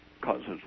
causes